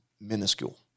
minuscule